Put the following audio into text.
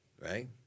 Right